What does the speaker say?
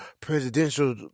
presidential